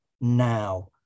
now